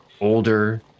older